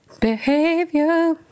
behavior